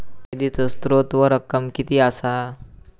निधीचो स्त्रोत व रक्कम कीती असा?